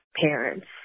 parents